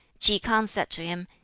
ki k'ang said to him,